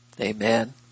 Amen